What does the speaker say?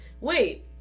wait